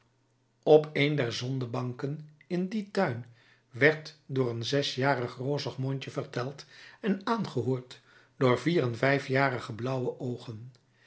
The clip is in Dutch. op een der zodenbanken in dien tuin werd door een zesjarig rozig mondje verteld en aangehoord door vier en vijfjarige blauwe oogen